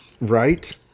Right